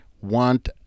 want